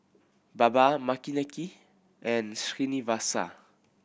Baba Makineni and Srinivasa